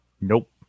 nope